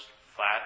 flat